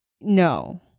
no